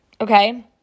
okay